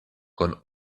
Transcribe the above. kun